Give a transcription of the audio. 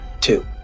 two